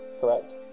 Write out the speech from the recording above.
Correct